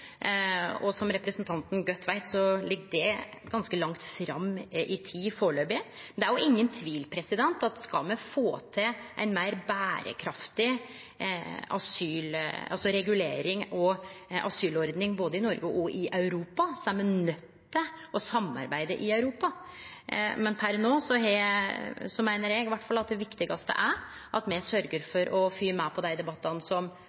Som representanten godt veit, ligg det ganske langt fram i tid foreløpig. Det er ingen tvil om at skal me få til ei meir berekraftig regulering og asylordning i både Noreg og Europa, er me nøydde til å samarbeide i Europa. Men per no meiner iallfall eg at det viktigaste er at me syrgjer for å fylgje med på dei debattane som